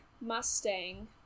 mustang